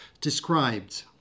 described